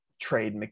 trade